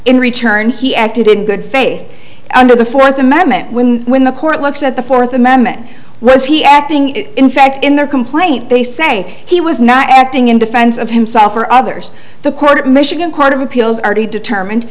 in return he acted in good faith under the fourth amendment when the court looks at the fourth amendment was he acting in fact in their complaint they say he was not acting in defense of himself or others the court in michigan court of appeals are to be determined